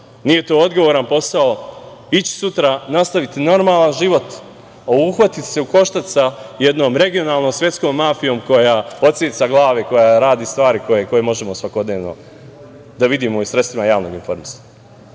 nije to odgovoran posao ići sutra, nastaviti normalan život, a uhvati se u koštac sa jednom regionalnom svetskom mafijom koja odseca glave, koja radi stvari koje možemo svakodnevno da vidimo i sredstvima javnog informisanja,